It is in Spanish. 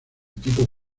tipo